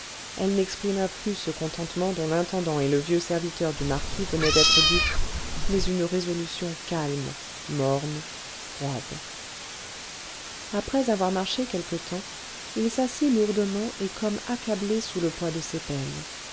elle n'exprima plus ce contentement dont l'intendant et le vieux serviteur du marquis venaient d'être dupes mais une résolution calme morne froide après avoir marché quelque temps il s'assit lourdement et comme accablé sous le poids de ses peines